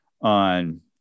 on